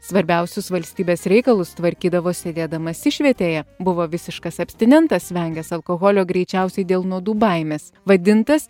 svarbiausius valstybės reikalus tvarkydavo sėdėdamas išvietėje buvo visiškas abstinentas vengęs alkoholio greičiausiai dėl nuodų baimės vadintas